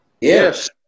Yes